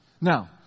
now